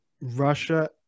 Russia